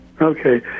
Okay